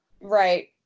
Right